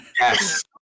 Yes